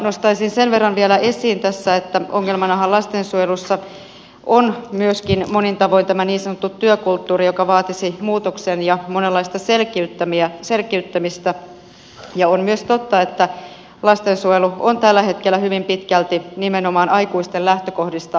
nostaisin sen verran vielä esiin tässä että ongelmanahan lastensuojelussa on myöskin monin tavoin tämä niin sanottu työkulttuuri joka vaatisi muutoksen ja monenlaista selkiyttämistä ja on myös totta että lastensuojelu on tällä hetkellä hyvin pitkälti nimenomaan aikuisten lähtökohdista rakentuvaa